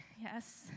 Yes